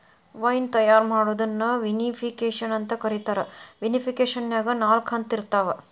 wine ತಯಾರ್ ಮಾಡೋದನ್ನ vinification ಅಂತ ಕರೇತಾರ, ವಿನಿಫಿಕೇಷನ್ನ್ಯಾಗ ನಾಲ್ಕ ಹಂತ ಇರ್ತಾವ